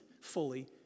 fully